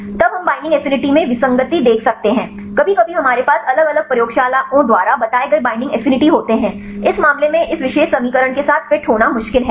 तब हम binding affinity में विसंगति देख सकते हैं कभी कभी हमारे पास अलग अलग प्रयोगशालाओं द्वारा बताए गए बाइंडिंग एफिनिटी होते हैं इस मामले में इस विशेष समीकरण के साथ फिट होना मुश्किल है